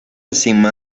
cima